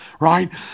right